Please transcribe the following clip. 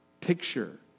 picture